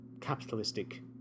capitalistic